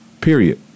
period